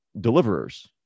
Deliverers